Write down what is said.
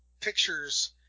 pictures